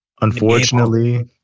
unfortunately